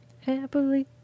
Happily